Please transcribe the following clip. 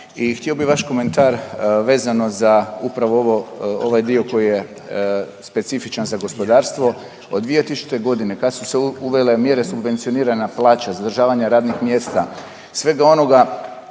htio bi vaš komentar vezano za upravo ovo, ovaj dio koji je specifičan za gospodarstvo. Od 2000.g. kad su se uvele mjere subvencionirana plaća, zadržavanje radnih mjesta, sve do onoga